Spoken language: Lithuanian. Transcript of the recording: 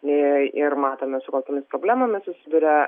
jei ir matome su kokiomis problemomis susiduria